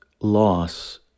loss